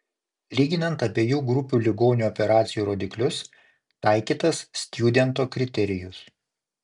lyginant abiejų grupių ligonių operacijų rodiklius taikytas stjudento kriterijus